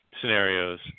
scenarios